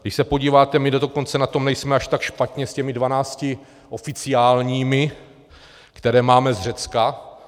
Když se podíváte, my dokonce na tom nejsme až tak špatně s těmi 12 oficiálními, které máme z Řecka.